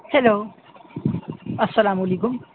hello السّلام علیکم